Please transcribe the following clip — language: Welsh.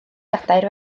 gadair